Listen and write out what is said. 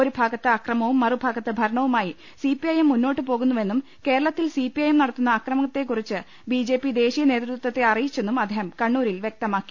ഒരു ഭാഗത്ത് അക്രമവും മറുഭാഗത്ത് ഭരണവുമായി സി പി ഐ എം മുന്നോട്ട് പോകുന്നുവെന്നും കേരളത്തിൽ സി പി ഐ എം നടത്തുന്ന അക്രമത്തെക്കുറിച്ച് ബി ജെ പി ദേശീയ നേതൃത്വത്തെ അറിയിച്ചെന്നും അദ്ദേഹം കണ്ണൂരിൽ വൃക്തമാക്കി